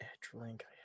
drink